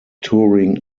touring